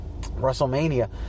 Wrestlemania